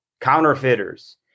counterfeiters